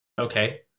Okay